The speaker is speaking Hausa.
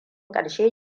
ƙarshe